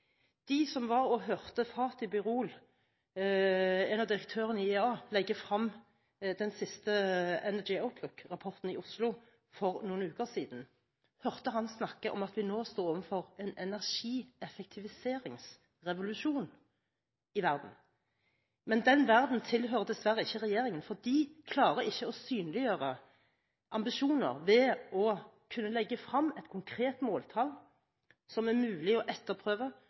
De som var og hørte Fatih Birol, en av direktørene i IEA, legge frem den siste World Energy Outlook-rapporten i Oslo for noen uker siden, hørte han snakke om at vi nå står overfor en energieffektiviseringsrevolusjon i verden. Men den verden tilhører dessverre ikke regjeringen, for den klarer ikke å synliggjøre ambisjoner – det å kunne legge frem et konkret måltall som er mulig å etterprøve,